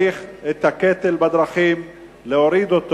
את הקטל בדרכים צריך להוריד,